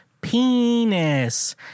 penis